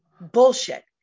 Bullshit